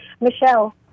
Michelle